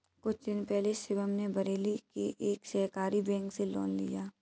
कुछ दिन पहले शिवम ने बरेली के एक सहकारी बैंक से लोन लिया